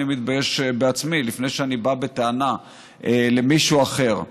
אני מתבייש בעצמי לפני שאני בא בטענה למישהו אחר.